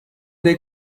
they